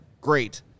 Great